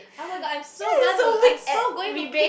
oh-my-god I'm so going to I'm so going to pick